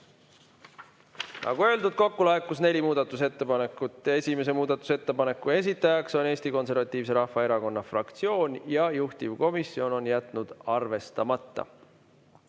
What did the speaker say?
Nagu öeldud, kokku laekus neli muudatusettepanekut. Esimese muudatusettepaneku esitaja on Eesti Konservatiivse Rahvaerakonna fraktsioon ja juhtivkomisjon on jätnud arvestamata.